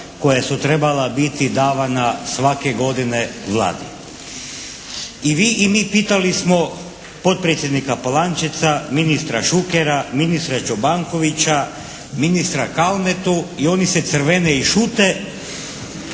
koja su trebala biti davana svake godine Vladi. I vi i mi pitali smo potpredsjednika Polančeca, ministra Šukera, ministra Čobankovića, ministra Kalmetu i oni se crvene i šute.